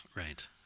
Right